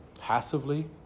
passively